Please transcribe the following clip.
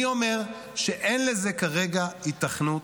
אני אומר שאין לזה כרגע היתכנות,